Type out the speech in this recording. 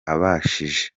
abashije